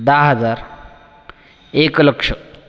दहा हजार एक लक्ष